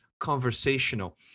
Conversational